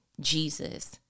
Jesus